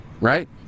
right